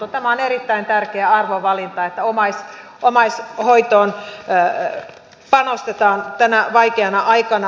tämä on erittäin tärkeä arvovalinta että omaishoitoon panostetaan tänä vaikeana aikana